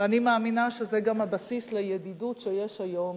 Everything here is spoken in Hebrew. ואני מאמינה שזה גם הבסיס לידידות שיש היום